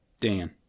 Dan